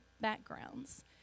backgrounds